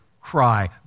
cry